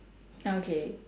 okay